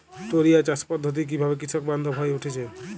টোরিয়া চাষ পদ্ধতি কিভাবে কৃষকবান্ধব হয়ে উঠেছে?